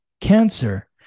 Cancer